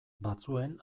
batzuen